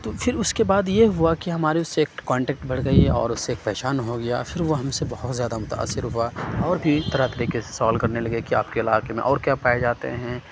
تو پھر اُس کے بعد یہ ہُوا کہ ہمارے اُس سے ایک کانٹیکٹ بڑھ گئی اور اُس سے ایک پہچان ہو گیا پھر وہ ہم سے بہت زیادہ متأثر ہُوا اور بھی طرح طرح کے سوال کرنے لگے کہ آپ کے علاقے میں اور کیا پائے جاتے ہیں